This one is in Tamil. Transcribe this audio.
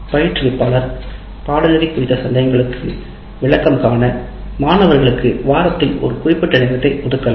பயிற்றுவிப்பாளர் பாட நெறி குறித்த சந்தேகங்களுக்கு விளக்கம் காண மாணவர்களுக்கு வாரத்தில் ஒரு குறிப்பிட்ட நேரத்தை ஒதுக்கலாம்